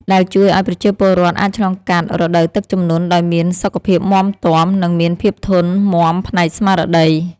ដែលជួយឱ្យប្រជាពលរដ្ឋអាចឆ្លងកាត់រដូវទឹកជំនន់ដោយមានសុខភាពមាំទាំ និងមានភាពធន់មាំផ្នែកស្មារតី។